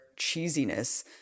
cheesiness